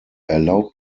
erlaubt